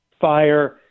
fire